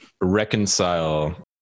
reconcile